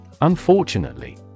Unfortunately